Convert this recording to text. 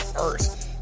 earth